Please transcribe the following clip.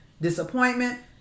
disappointment